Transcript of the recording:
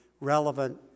relevant